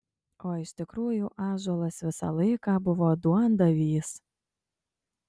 o iš tikrųjų ąžuolas visą laiką buvo duondavys